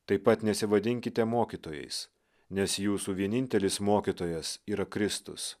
taip pat nesivadinkite mokytojais nes jūsų vienintelis mokytojas yra kristus